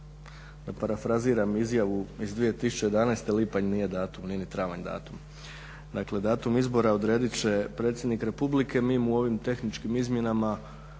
Da parafraziram izjavu iz 2011. lipanj nije datum, nije ni travanj datum. Dakle, datum izbora odredit će predsjednik Republike. Mi mu ovim tehničkim izmjenama